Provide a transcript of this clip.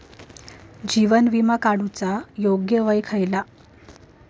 जीवन विमा काडूचा योग्य वय खयला?